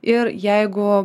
ir jeigu